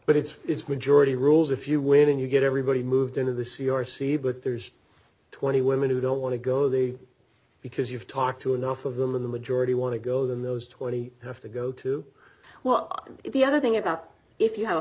but it's it's majority rules if you when you get everybody moved into the c r c but there's twenty women who don't want to go they because you've talked to enough of them in the majority want to go than those twenty have to go to what is the other thing about if you ha